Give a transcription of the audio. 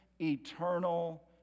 eternal